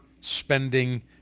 spending